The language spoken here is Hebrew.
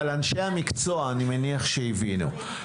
אבל אנשי המקצוע אני מניח שהבינו.